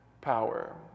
power